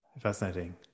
Fascinating